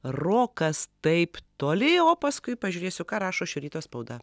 rokas taip toli o paskui pažiūrėsiu ką rašo šio ryto spauda